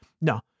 No